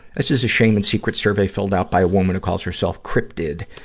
this is a shame and secret survey filled out by a woman who calls herself crypted,